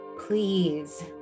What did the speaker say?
Please